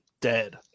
dead